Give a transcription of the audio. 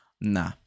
nah